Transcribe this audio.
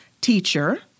teacher